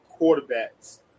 quarterbacks